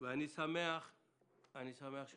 ואני שמח שהמנכ"ל